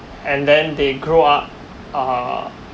and then they grow up uh